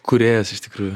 kūrėjas iš tikrųjų